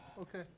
Okay